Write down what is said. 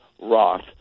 Roth